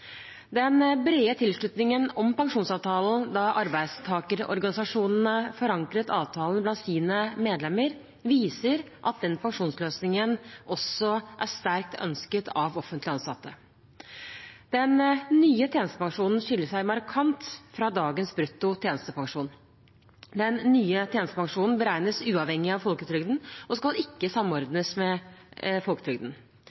Den brede tilslutningen om pensjonsavtalen da arbeidstakerorganisasjonene forankret avtalen blant sine medlemmer, viser at den pensjonsløsningen også er sterkt ønsket av offentlig ansatte. Den nye tjenestepensjonen skiller seg markant fra dagens brutto tjenestepensjon. Den nye tjenestepensjonen beregnes uavhengig av folketrygden og skal ikke